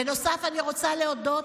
בנוסף, אני רוצה להודות